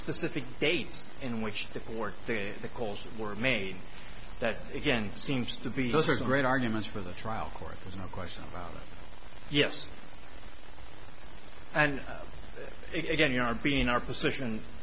specific dates in which the fourth fifth the calls were made that again seems to be those are great arguments for the trial court there's no question about it yes and again you are being our position